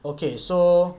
okay so